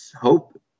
hope